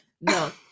No